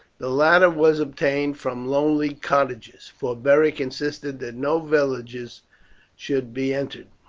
the latter was obtained from lonely cottages, for beric insisted that no villages should be entered.